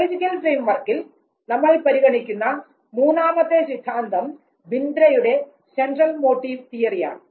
biological ഫ്രെയിം വർക്കിൽ നമ്മൾ പരിഗണിക്കുന്ന മൂന്നാമത്തെ സിദ്ധാന്തം ബിന്ദ്രയുടെ സെൻട്രൽ മോട്ടീവ് തിയറിയാണ്